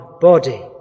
body